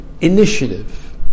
initiative